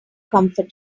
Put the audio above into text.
comfortable